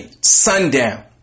sundown